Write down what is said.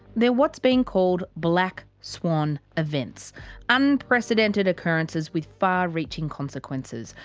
they're what's being called black swan events unprecedented occurrences with far reaching consequences.